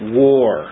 war